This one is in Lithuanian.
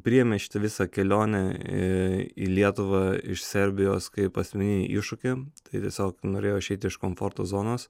priėmė šitą visą kelionę į lietuvą iš serbijos kaip asmeninį iššūkį tai tiesiog norėjo išeiti iš komforto zonos